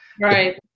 Right